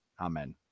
Amen